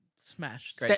smashed